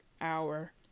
hour